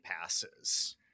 passes